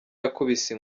yakubise